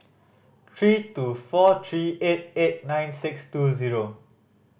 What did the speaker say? three two four three eight eight nine six two zero